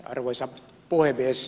arvoisa puhemies